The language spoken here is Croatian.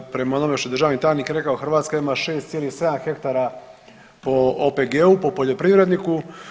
Prema onome što je državni tajnik rekao Hrvatska ima 6,7 hektara po OPG-u, po poljoprivredniku.